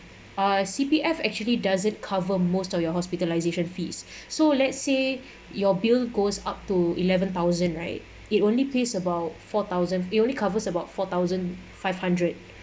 uh C_P_F actually doesn't cover most of your hospitalisation fees so let's say your bill goes up to eleven thousand right it only pays about four thousand it only covers about four thousand five hundred